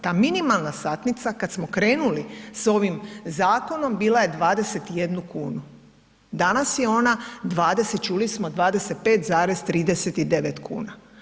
Ta minimalna satnica kad smo krenuli s ovim zakonom bila je 21 kunu, danas je 25 čuli smo, 25,39 kuna.